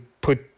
put